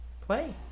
play